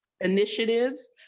initiatives